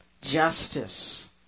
justice